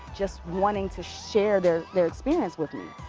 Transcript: just wanting to share their their experience with me.